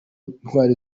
ntwari